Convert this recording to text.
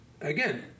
again